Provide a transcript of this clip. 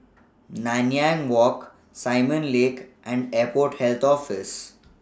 Nanyang Walk Simon Lake and Airport Health Office